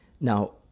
now